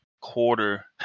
quarter